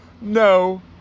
No